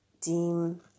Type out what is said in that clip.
deem